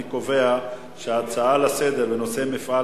אני קובע שההצעה לסדר-היום בנושא מפעל